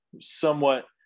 somewhat